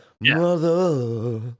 Mother